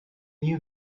knew